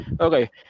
Okay